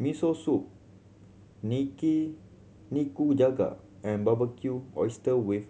Miso Soup Nikujaga and Barbecued Oyster with